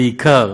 בעיקר,